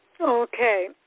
Okay